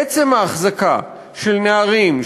עצם ההחזקה של נערים,